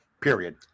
period